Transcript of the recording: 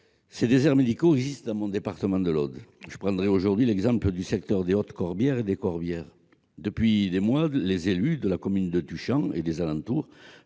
Ces déserts médicaux existent dans mon département de l'Aude. Je prendrai aujourd'hui l'exemple du secteur des Hautes-Corbières et des Corbières. Depuis des mois, les élus de la commune de Tuchan et des alentours